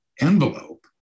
envelope